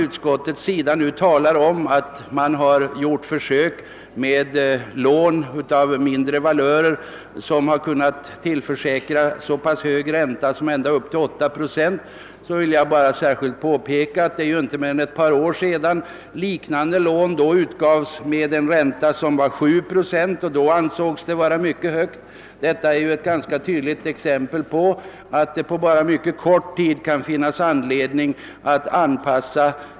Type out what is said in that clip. Utskottet erinrar om att för= sök har gjorts med lån i mindre valörer" som har kunnat tillförsäkra innehavaren så pass hög ränta som ända upp till 8 procent. Jag vill gentemot detta framhålla att det inte är mer än ett par år sedan som liknande lån utgavs med en räntesats av 7 procent, som då ansågs vara en mycket hög ränta. Detta är ett tydligt exempel på att det kan finnas anledning att efter bara en kort tid ändra lånevärdet.